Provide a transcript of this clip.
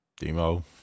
Demo